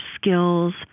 skills